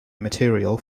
material